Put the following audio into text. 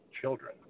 children